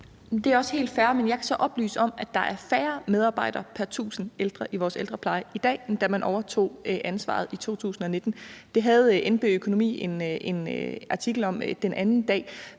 Det er også helt fair, men jeg kan så oplyse, at der er færre medarbejdere pr. 1.000 ældre i vores ældrepleje i dag, end da man overtog ansvaret i 2019. Det havde NB-Økonomi en artikel om den anden dag.